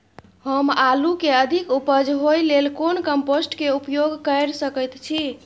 हम आलू के अधिक उपज होय लेल कोन कम्पोस्ट के उपयोग कैर सकेत छी?